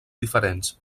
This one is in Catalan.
diferents